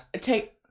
take